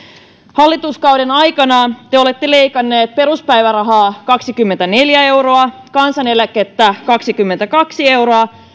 hallituskauden aikana te olette leikanneet peruspäivärahaa kaksikymmentäneljä euroa kansaneläkettä kaksikymmentäkaksi euroa